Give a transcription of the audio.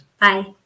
Bye